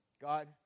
God